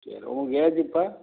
சரி உங்கள் ஏஜ் இப்போ